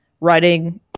writing